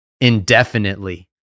indefinitely